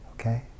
Okay